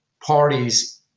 parties